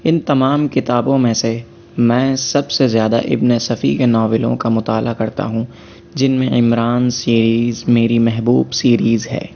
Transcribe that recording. اِن تمام كتابوں ميں سے ميں سب سے زيادہ اِبن صفى كے ناولوں كا مطالعہ کرتا ہوں جن میں عمران سیریز میری محبوب سیریز ہے